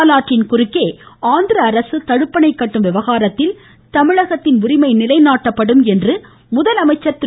பாலாற்றின் குறுக்கே ஆந்திர அரசு தடுப்பணை கட்டும் விவகாரத்தில் தமிழகத்தின் உரிமை நிலைநாட்டப்படும் என்று முதலமைச்சர் திரு